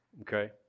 Okay